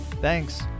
thanks